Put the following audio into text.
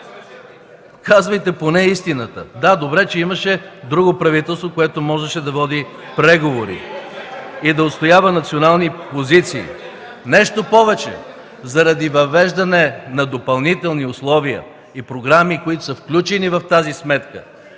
Казвайте поне истината! (Реплики от ГЕРБ.) Да, добре че имаше друго правителство, което можеше да води преговори и да отстоява национални позиции. Нещо повече, заради въвеждане на допълнителни условия и програми, които са включени в тази сметка,